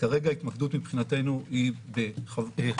כרגע ההתמקדות מבחינתנו היא בבקרה,